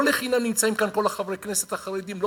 לא לחינם נמצאים כאן כל חברי הכנסת החרדים.